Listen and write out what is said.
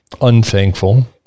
unthankful